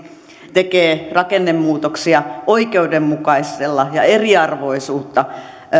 tekee rakennemuutoksia oikeudenmukaisella ja eriarvoisuutta